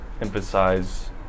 emphasize